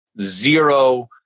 zero